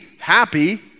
happy